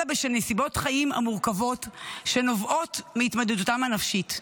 אלא בשל נסיבות חיים מורכבות שנובעות מהתמודדותם הנפשית.